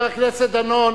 חבר הכנסת דנון,